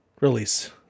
release